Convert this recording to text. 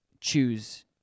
choose